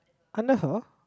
under her